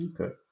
Okay